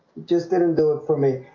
just didn't do it for me,